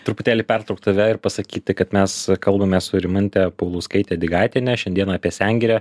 truputėlį pertraukt tave ir pasakyti kad mes kalbamės su rimante paulauskaite digaitiene šiandieną apie sengirę